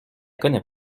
connais